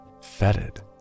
fetid